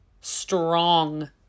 strong